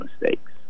mistakes